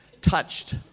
touched